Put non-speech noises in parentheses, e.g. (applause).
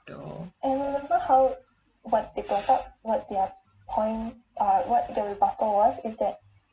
though (breath)